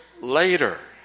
later